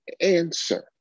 answer